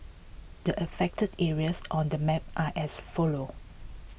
the affected areas on the map are as follow